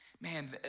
Man